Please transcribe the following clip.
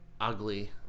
Ugly